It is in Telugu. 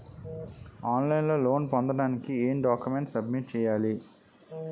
ఆన్ లైన్ లో లోన్ పొందటానికి ఎం డాక్యుమెంట్స్ సబ్మిట్ చేయాలి?